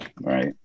Right